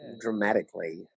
dramatically